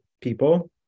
people